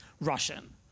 Russian